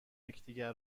یکدیگر